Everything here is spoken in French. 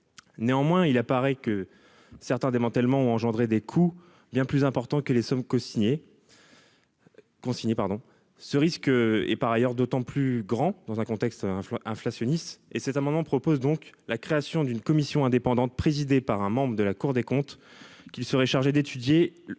néanmoins il apparaît que certains démantèlement ont engendré des coûts bien plus important que les sommes cosigné. Ah. Pardon, ce risque est par ailleurs d'autant plus grands dans un contexte inflationniste et cet amendement propose donc la création d'une commission indépendante présidée par un membre de la Cour des comptes qui serait chargée d'étudier